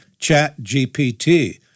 ChatGPT